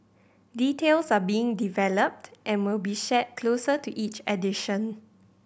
details are being developed and will be shared closer to each edition